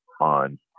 on